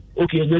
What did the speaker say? Okay